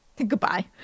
Goodbye